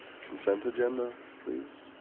consent agenda, please